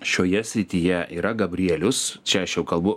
šioje srityje yra gabrielius čia aš jau kalbu